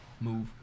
move